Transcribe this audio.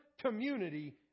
community